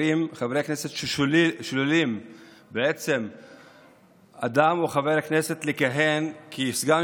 חברי כנסת ששוללים אדם או חבר כנסת מלכהן כסגן